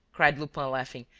cried lupin, laughing.